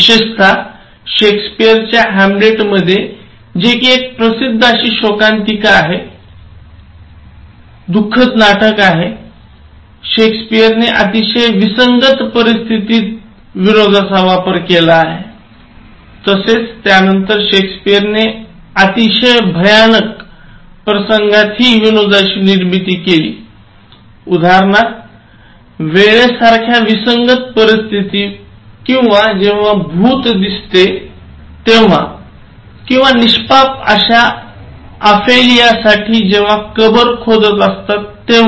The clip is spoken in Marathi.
विशेषतः शेक्सपियरच्या हॅमलेटमध्ये जे कि एक प्रसिद्ध अशी शोकांतिका आहे अशा दु खद नाटकातही शेक्सपियरने अतिशय विसंगत परिस्थितीत विनोदाचा वापर केला आहे तसेच त्यानंतर शेक्सपियरने अतिशय भयानक प्रसंगात हि विनोदाची निर्मिती केली उदाहरणार्थ वेळेसारख्या विसंगत परिस्थितीत किंवा जेव्हा भूत दिसते तेव्हा किंवा निष्पाप अश्या ओफेलियासाठी जेव्हा कबर खोदत असतात तेव्हा